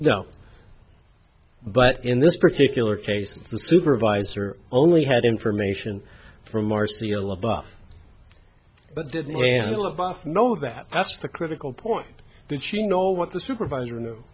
no but in this particular case the supervisor only had information from r c l above but didn't know that that's the critical point did she know what the supervisor